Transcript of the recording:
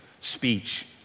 speech